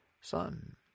son